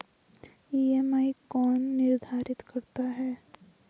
EMI कौन निर्धारित करता है?